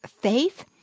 faith